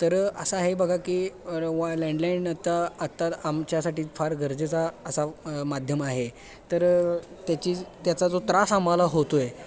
तर असा आहे बघा की व लँडलाईन आत्ता आत्ता आमच्यासाठी फार गरजेचा असा माध्यम आहे तर त्याची त्याचा जो त्रास आम्हाला होतो आहे